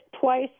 twice